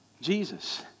Jesus